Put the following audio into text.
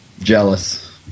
Jealous